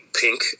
pink